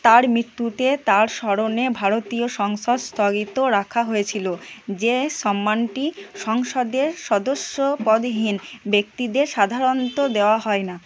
তাঁর মৃত্যুতে তাঁর স্মরণে ভারতীয় সংসদ স্থগিত রাখা হয়েছিল যে সম্মানটি সংসদের সদস্যপদহীন ব্যক্তিদের সাধারণত দেওয়া হয় না